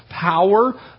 power